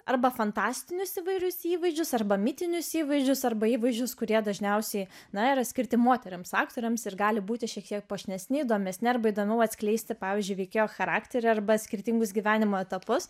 arba fantastinius įvairius įvaizdžius arba mitinius įvaizdžius arba įvaizdžius kurie dažniausiai na yra skirti moterims aktorėms ir gali būti šiek tiek puošnesni įdomesni arba įdomiau atskleisti pavyzdžiui veikėjo charakterį arba skirtingus gyvenimo etapus